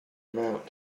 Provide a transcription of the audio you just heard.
amount